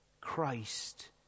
Christ